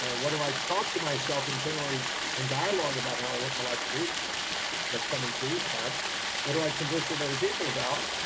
ah what do i talk to myself internally and dialogue about how i want my life to be that's coming true, that what do i converse with other people about?